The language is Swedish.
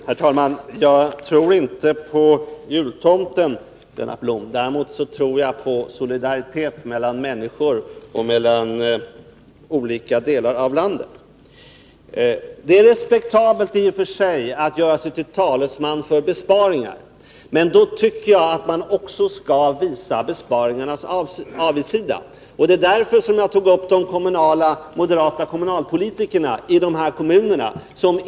Herr talman! Jag tror inte på jultomten, Lennart Blom. Däremot tror jag på solidaritet mellan människor och mellan olika delar av landet. Det är i och för sig respektabelt att göra sig till talesman för besparingar, men då tycker jag att man också skall visa besparingarnas avigsida. Det var därför jag nämnde de moderata kommunalpolitikerna i några kommuner.